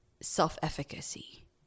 self-efficacy